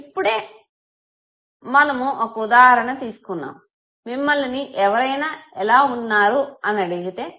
ఇప్పుడే మనము ఒక ఉదాహరణ తీసుకున్నాము మిమ్మలిని ఎవరైనా ఎలా వున్నారు అని అడిగితే